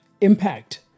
impact